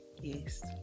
yes